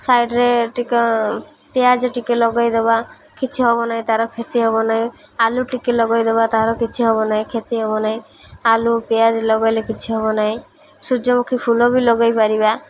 ସାଇଡ଼୍ରେ ଟିକେ ପିଆଜ ଟିକେ ଲଗାଇଦବା କିଛି ହବ ନାହିଁ ତା'ର କ୍ଷତି ହବ ନାହିଁ ଆଲୁ ଟିକେ ଲଗାଇଦବା ତା'ର କିଛି ହବ ନାହିଁ କ୍ଷତି ହବ ନାହିଁ ଆଲୁ ପିଆଜ ଲଗାଇଲେ କିଛି ହବ ନାହିଁ ସୂର୍ଯ୍ୟମୁଖୀ ଫୁଲ ବି ଲଗାଇ ପାରିବା